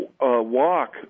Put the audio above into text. walk